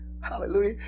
Hallelujah